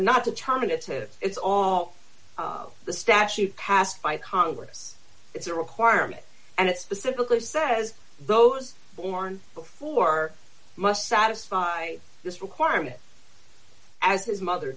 it's that it's all the statute passed by congress it's a requirement and it specifically says those born before must satisfy this requirement as his mother